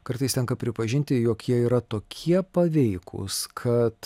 kartais tenka pripažinti jog jie yra tokie paveikūs kad